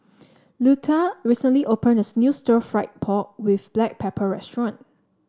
Luetta recently opened as new Stir Fried Pork with Black Pepper restaurant